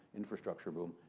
infrastructure boom,